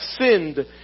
sinned